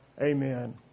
Amen